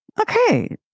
Okay